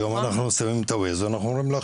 היום אנחנו שמים את ה- Waze ואנחנו אומרים לו.